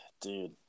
Dude